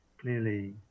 clearly